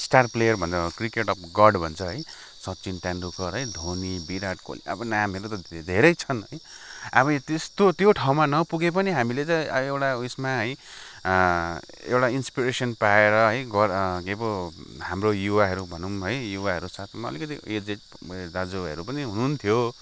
star player cricket of god भन्छ है सचिन तेन्दुलकर है धोनी बिराट कोहली अब नामहरू त धेरै छन् है अब त्यस्तो त्यो ठाउँमा नपुगे पनि हामीले चाहिँ एउटा उयसमा है एउटा इन्स्पिरेसन् पाएर है गर् के पो हाम्रो युवाहरू भनौँ है युवाहरूको साथमा अलिकति एजेड दाजुभाइहरू पनि हुनुहुन्थ्यो